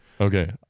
Okay